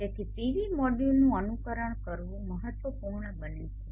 તેથી PV મોડ્યુલનું અનુકરણ કરવું મહત્વપૂર્ણ બને છે